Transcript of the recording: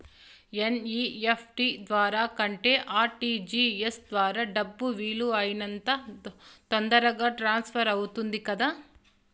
NEFT ద్వారా కంటే RTGS ద్వారా డబ్బు వీలు అయినంత తొందరగా ట్రాన్స్ఫర్ అవుతుంది కదా